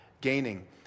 gaining